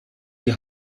die